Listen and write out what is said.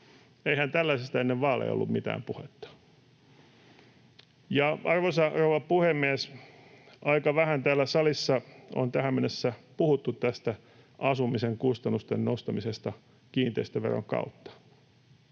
Eihän tällaisesta ennen vaaleja ollut mitään puhetta. Arvoisa rouva puhemies! Aika vähän täällä salissa on tähän mennessä puhuttu tästä asumisen kustannusten nostamisesta kiinteistöveron kautta.